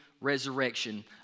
resurrection